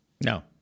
No